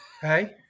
Hey